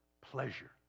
pleasure